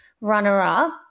runner-up